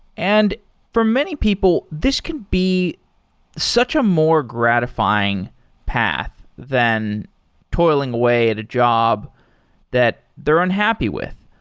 and for many people, this can be such a more gratifying path than toiling away at a job that they're unhappy with.